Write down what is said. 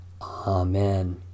Amen